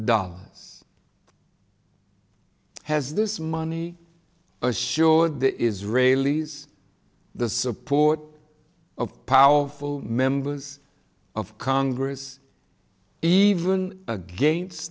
dollars has this money assured the israelis the support of powerful members of congress even against